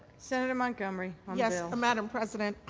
senator montgomery yes madam president.